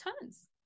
tons